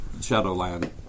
Shadowland